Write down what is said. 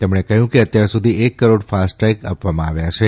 તેઓએ કહ્યું કે અત્યાર સુધી એક કરોડ ફાસ્ટટેગ આપવામાં આવ્યા છે